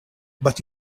but